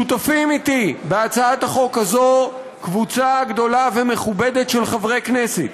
שותפים איתי בהצעת החוק הזאת קבוצה גדולה ומכובדת של חברי כנסת: